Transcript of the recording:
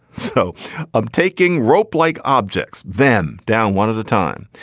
so i'm taking rope like objects them down one at a time.